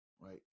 Right